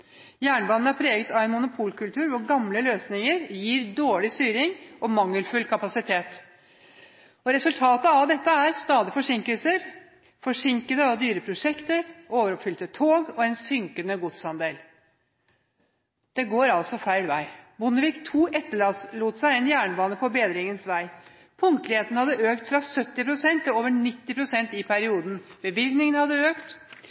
Jernbanen er preget av en monopolkultur, hvor gamle løsninger gir dårlig styring og mangelfull kapasitet. Resultatet av dette er stadige forsinkelser, forsinkede og dyre prosjekter, overfylte tog og en synkende godsandel. Det går altså feil vei. Bondevik II-regjeringen etterlot seg en jernbane på bedringens vei. Punktligheten økte fra 70 pst. til over 90 pst. i